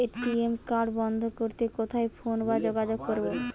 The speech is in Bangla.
এ.টি.এম কার্ড বন্ধ করতে কোথায় ফোন বা যোগাযোগ করব?